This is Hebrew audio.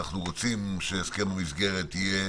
אנחנו רוצים שהסכם המסגרת יהיה